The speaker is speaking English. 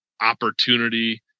opportunity